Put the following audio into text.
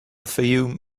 fayoum